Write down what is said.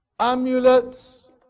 Amulets